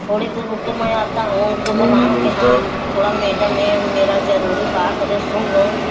थोड़ी देर रुको मैं आता हूँ उनको बुलाऊँ कि हाँ थोड़ा मैडम यह मेरा ज़रूरी बात है सुन लो